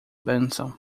bênção